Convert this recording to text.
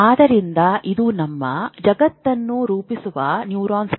ಆದ್ದರಿಂದ ಇದು ನಮ್ಮ ಜಗತ್ತನ್ನು ರೂಪಿಸುವ ನ್ಯೂರಾನ್ಗಳು